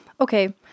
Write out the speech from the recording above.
Okay